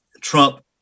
Trump